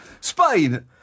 Spain